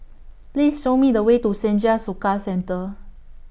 Please Show Me The Way to Senja Soka Centre